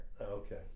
Okay